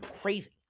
crazy